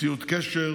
ציוד קשר,